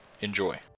Enjoy